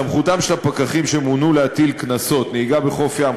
בסמכותם של הפקחים שמונו להטיל קנסות: נהיגה בחוף ים,